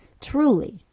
Truly